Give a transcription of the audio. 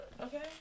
Okay